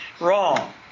Wrong